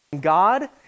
God